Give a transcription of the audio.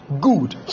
Good